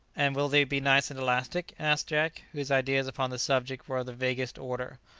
and will they be nice and elastic? asked jack, whose ideas upon the subject were of the vaguest order.